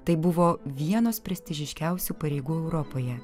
tai buvo vienos prestižiškiausių pareigų europoje